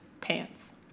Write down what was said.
pants